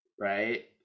right